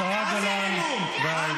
השרה גולן, די.